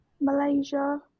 Malaysia